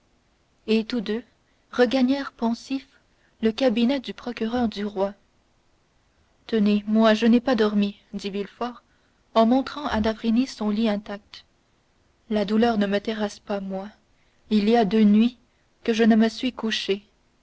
et tous deux regagnèrent pensifs le cabinet du procureur du roi tenez moi je n'ai pas dormi dit villefort en montrant à d'avrigny son lit intact la douleur ne me terrasse pas moi il y a deux nuits que je ne me suis couché